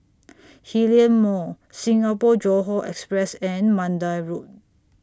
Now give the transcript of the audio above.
Hillion Mall Singapore Johore Express and Mandai Road